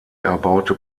erbaute